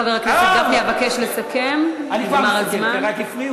חבר הכנסת גפני, אבקש לסכם, נגמר הזמן.